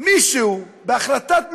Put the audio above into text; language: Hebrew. מישהו, בהחלטת ממשלה,